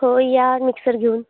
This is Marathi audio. हो या मिक्सर घेऊन